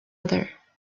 other